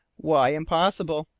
why impossible?